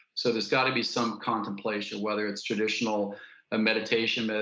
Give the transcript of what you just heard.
so there's got to be some contemplation whether it's traditional ah meditation, ah